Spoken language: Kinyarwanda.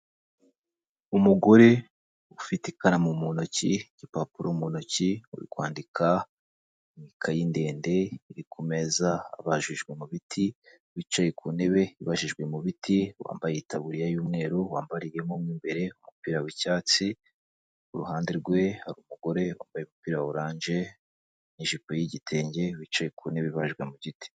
Umugore ufite ikaramu mu ntoki, igipapuro mu ntoki, uri kwandika mu ikaye ndende, iri ku meza abajijwe mu biti, wicaye ku ntebe ibajijwe mu biti, wambaye itaburiya y'umweru, wambariye mo imbere umupira w'icyatsi, iruhande rwe umugore wa wambaye umupira oranje n' ijipo y'igitenge, wicaye ku ntebe ibajwe mu giti.